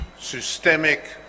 systemic